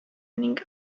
ning